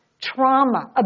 trauma